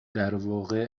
درواقع